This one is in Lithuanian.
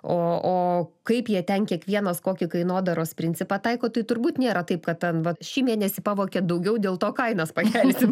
o o kaip jie ten kiekvienas kokį kainodaros principą taiko tai turbūt nėra taip kad tan vat šį mėnesį pavogė daugiau dėl to kainas pakelsim